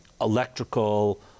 electrical